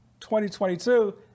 2022